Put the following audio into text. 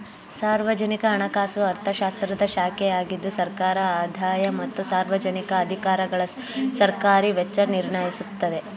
ಸಾರ್ವಜನಿಕ ಹಣಕಾಸು ಅರ್ಥಶಾಸ್ತ್ರದ ಶಾಖೆಯಾಗಿದ್ದು ಸರ್ಕಾರದ ಆದಾಯ ಮತ್ತು ಸಾರ್ವಜನಿಕ ಅಧಿಕಾರಿಗಳಸರ್ಕಾರಿ ವೆಚ್ಚ ನಿರ್ಣಯಿಸುತ್ತೆ